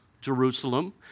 Jerusalem